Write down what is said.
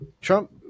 Trump